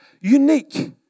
unique